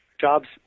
Jobs